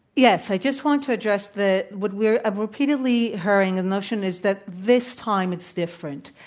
yes. i just want to address that what we're repeatedly hearing, a notion, is that this time it's different.